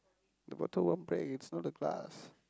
the water won't break it's not a glass